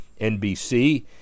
NBC